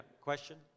question